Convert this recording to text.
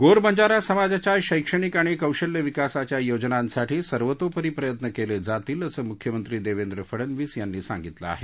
गोर बंजारा समाजाच्या शैक्षणिक आणि कौशल्य विकासाच्या योजनांसाठी सर्वतोपरी प्रयत्न केले जातील असं मुख्यमंत्री देवेंद्र फडनवीस यांनी सांगितलं आहे